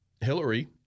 Hillary